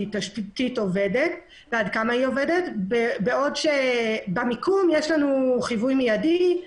בעוד שבמיקום יש לנו חיווי מידי,